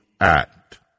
act